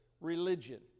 religion